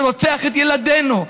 שרוצח את ילדינו,